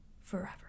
forever